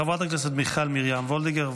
חברת הכנסת מיכל מרים וולדיגר,